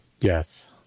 yes